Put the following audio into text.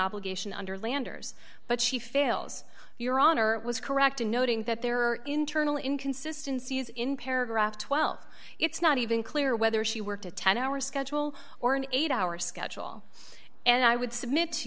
obligation under landers but she fails your honor was correct in noting that there are internal inconsistency is in paragraph twelve it's not even clear whether she worked a ten hour schedule or an eight hour schedule and i would submit to